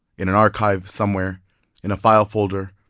in an archive somewhere in a file folder,